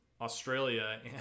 Australia